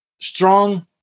strong